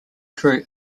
drew